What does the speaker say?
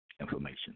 information